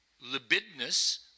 libidinous